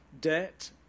debt